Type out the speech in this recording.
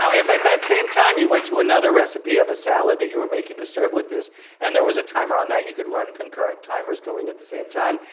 so if at that same time, you went to another recipe of a salad that you were making to serve with this and there was a timer on that, you could run concurrent timers going at the same time.